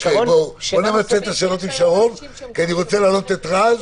--- בואו נמצא את השאלות עם שרון כי אני רוצה לעלות את רז.